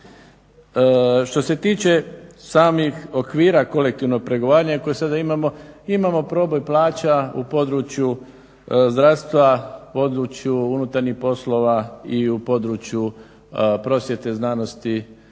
Što se tiče samih okvira kolektivnih pregovaranja i koje sada imamo, imamo proboj plaća u području zdravstva, u području unutarnjih poslova i u području prosvjete, znanosti